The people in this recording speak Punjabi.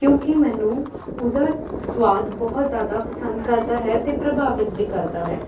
ਕਿਉਂਕਿ ਮੈਨੂੰ ਉਹਦਾ ਸਵਾਦ ਬਹੁਤ ਜ਼ਿਆਦਾ ਪਸੰਦ ਕਰਦਾ ਹੈ ਅਤੇ ਪ੍ਰਭਾਵਿਤ ਵੀ ਕਰਦਾ ਹੈ